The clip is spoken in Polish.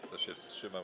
Kto się wstrzymał?